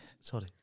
Sorry